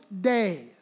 days